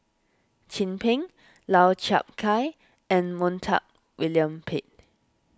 Chin Peng Lau Chiap Khai and Montague William Pett